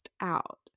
out